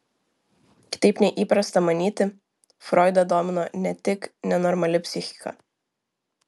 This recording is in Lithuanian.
kitaip nei įprasta manyti froidą domino ne tik nenormali psichika